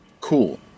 cool